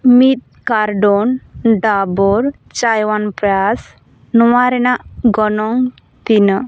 ᱢᱤᱫ ᱠᱟᱨᱰᱚᱱ ᱰᱟᱵᱚᱨ ᱪᱟᱭᱳᱣᱟᱱᱯᱨᱟᱥ ᱱᱚᱣᱟ ᱨᱮᱱᱟᱜ ᱜᱚᱱᱚᱝ ᱛᱤᱱᱟᱹᱜ